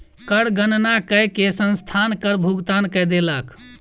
कर गणना कय के संस्थान कर भुगतान कय देलक